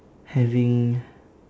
having